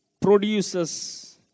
produces